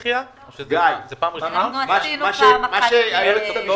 זו פעם ראשונה שיש דחייה?